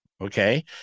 Okay